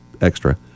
extra